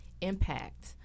Impact